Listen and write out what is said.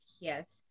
yes